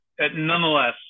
nonetheless